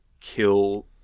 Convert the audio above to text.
kill